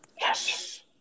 Yes